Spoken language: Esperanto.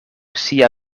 sia